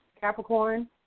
Capricorn